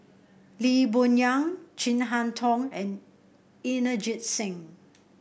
Lee Boon Yang Chin Harn Tong and Inderjit Singh